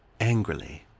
angrily